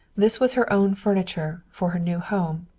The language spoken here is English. this was her own furniture, for her new home.